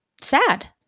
sad